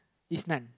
is none